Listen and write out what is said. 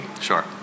Sure